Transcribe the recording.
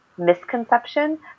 misconception